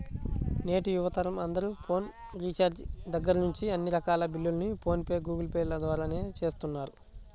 నేటి యువతరం అందరూ ఫోన్ రీఛార్జి దగ్గర్నుంచి అన్ని రకాల బిల్లుల్ని ఫోన్ పే, గూగుల్ పే ల ద్వారానే చేస్తున్నారు